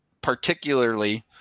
particularly